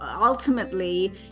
ultimately